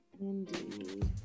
Indeed